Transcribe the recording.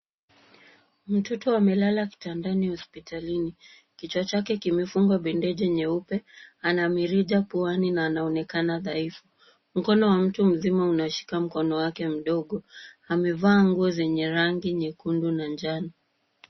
Mtoto amelala kitandani hospitalini. Kichwa chake kimefungwa bendeji nyeupe. Anamirija puani na anaonekana dhaifu. Mkono wa mtu mzima unashika mkono wake mdogo. Amevaa nguo zenye rangi nyekundu na njano.